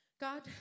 God